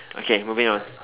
okay moving on